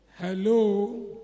Hello